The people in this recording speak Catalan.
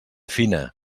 fina